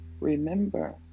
remember